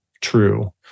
true